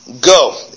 go